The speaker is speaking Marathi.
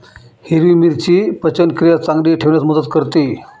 हिरवी मिरची पचनक्रिया चांगली ठेवण्यास मदत करते